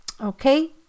Okay